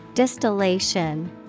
Distillation